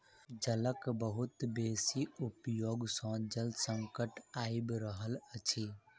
जलक बहुत बेसी उपयोग सॅ जल संकट आइब रहल अछि